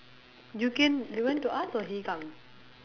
you can you went to ask or he come